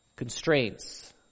Constraints